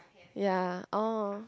ya oh